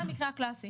זה המקרה הקלאסי.